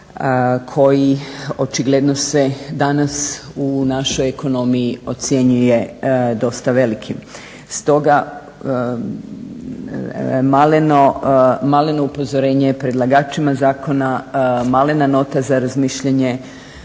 koji očigledno se danas u našoj ekonomiji ocjenjuje dosta velikim. Stoga maleno upozorenje predlagačima zakona, malena nota za razmišljanje.